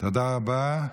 תודה רבה.